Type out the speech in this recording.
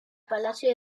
palacio